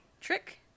Trick